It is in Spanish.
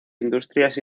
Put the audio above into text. industrias